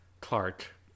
Clark